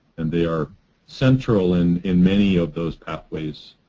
and they are central in in many of those pathways,